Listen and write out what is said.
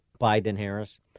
Biden-Harris